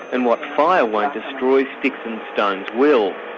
and what fire won't destroy, sticks and stones will.